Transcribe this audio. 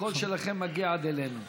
הקול שלכם מגיע עד אלינו.